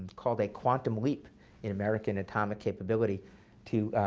called a quantum leap in american atomic capability to